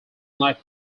knight